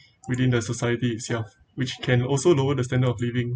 within the society itself which can also lower the standard of living